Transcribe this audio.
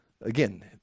again